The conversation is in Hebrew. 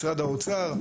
משרד האוצר,